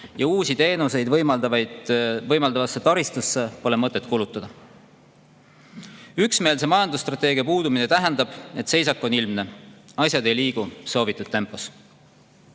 ja uusi teenuseid võimaldavale taristule pole mõtet kulutada. Üksmeelse majandusstrateegia puudumine tähendab, et seisak on ilmne. Asjad ei liigu soovitud tempos.